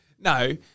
No